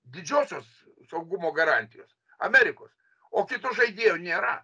didžiosios saugumo garantijos amerikos o kitų žaidėjų nėra